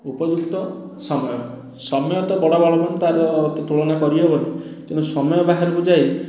ଉପଯୁକ୍ତ ସମୟ ସମୟ ତ ବଡ଼ ବଳବାନ ତାର ତ ତୁଳନା କରି ହେବନି ତେଣୁ ସମୟ ବାହାରକୁ ଯାଇ